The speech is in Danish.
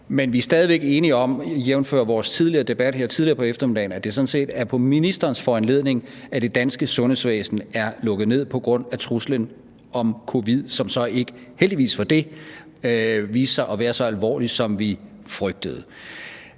på eftermiddagen, at det sådan set er på ministerens foranledning, at det danske sundhedsvæsen er lukket ned på grund af truslen om covid, som så ikke – heldigvis for det – viste sig at være så alvorlig, som vi frygtede.